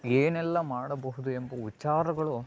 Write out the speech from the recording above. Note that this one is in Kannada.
ಏನೆಲ್ಲ ಮಾಡಬಹುದು ಎಂಬುವ ವಿಚಾರಗಳು